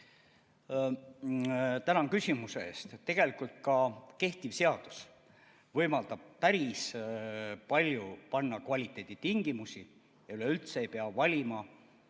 Tänan küsimuse eest! Tegelikult ka kehtiv seadus võimaldab päris palju panna kvaliteeditingimusi ja üleüldse ei pea valima